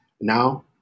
now